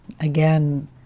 Again